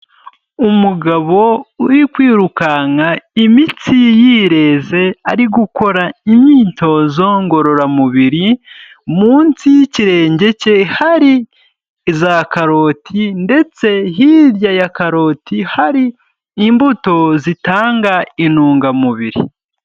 Umugabo uri kwirukanka imitsi yireze, ari gukora imyitozo ngororamubiri, munsi y'ikirenge cye hari za karoti, ndetse hirya ya karoti hari imbuto zitanga intungamubiri.